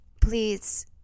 please